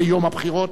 ביום הבחירות.